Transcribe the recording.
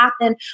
happen